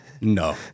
No